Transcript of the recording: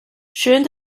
schön